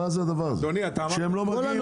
הם לא מגיעים לישיבות.